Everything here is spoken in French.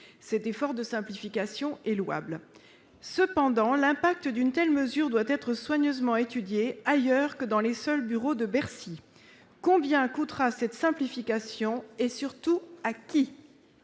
Cet effort de simplification est louable. Cependant, l'impact d'une telle mesure doit être soigneusement étudié, ailleurs que dans les seuls bureaux de Bercy. Combien coûtera cette simplification et, surtout, à qui ?